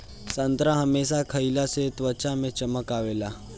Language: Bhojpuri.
संतरा हमेशा खइला से त्वचा में चमक आवेला